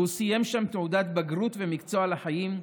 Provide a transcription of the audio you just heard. והוא סיים שם תעודת בגרות ומקצוע לחיים.